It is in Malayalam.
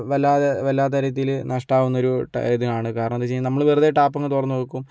വല്ലാതെ വല്ലാത്ത രീതിയില് നഷ്ടാവുന്നൊരു ഇതാണ് കാരണം എന്തെന്ന് വെച്ച് കഴിഞ്ഞാൽ നമ്മള് വെറുതെ ടാപ്പങ്ങ് തുറന്നു വെക്കും